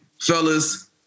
Fellas